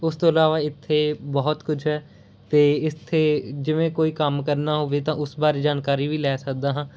ਉਸ ਤੋਂ ਇਲਾਵਾ ਇੱਥੇ ਬਹੁਤ ਕੁਝ ਹੈ ਅਤੇ ਇੱਥੇ ਜਿਵੇਂ ਕੋਈ ਕੰਮ ਕਰਨਾ ਹੋਵੇ ਤਾਂ ਉਸ ਬਾਰੇ ਜਾਣਕਾਰੀ ਵੀ ਲੈ ਸਕਦਾ ਹਾਂ